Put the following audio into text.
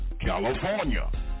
California